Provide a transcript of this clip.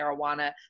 marijuana